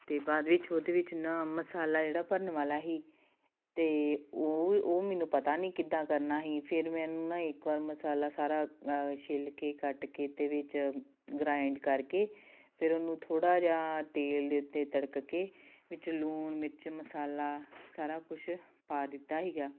ਅਤੇ ਬਾਅਦ ਵਿੱਚ ਉਹਦੇ ਵਿੱਚ ਨਾ ਮਸਾਲਾ ਜਿਹੜਾ ਭਰਨ ਵਾਲਾ ਸੀ ਅਤੇ ਉਹ ਉਹ ਮੈਨੂੰ ਪਤਾ ਨਹੀਂ ਕਿੱਦਾਂ ਕਰਨਾ ਸੀ ਫਿਰ ਮੈਂ ਇੱਕ ਵਾਰ ਮਸਾਲਾ ਸਾਰਾ ਛਿੱਲ ਕੇ ਕੱਟ ਕੇ ਅਤੇ ਵਿੱਚ ਗਰਾਇੰਡ ਕਰਕੇ ਫਿਰ ਉਹਨੂੰ ਥੋੜ੍ਹਾ ਜਿਹਾ ਤੇਲ ਦੇ ਉੱਤੇ ਤੜਕ ਕੇ ਵਿੱਚ ਲੂਣ ਮਿਰਚ ਮਸਾਲਾ ਸਾਰਾ ਕੁਛ ਪਾ ਦਿੱਤਾ ਸੀਗਾ